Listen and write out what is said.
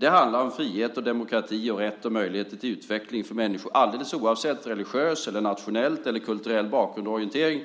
Det handlar om frihet och demokrati, om rätten och möjligheten till utveckling för människor, alldeles oavsett religiös, nationell eller kulturell bakgrund och orientering.